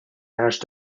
managed